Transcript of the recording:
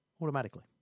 automatically